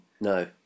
No